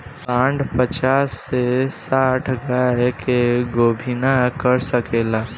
सांड पचास से साठ गाय के गोभिना कर सके ला